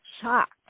shocked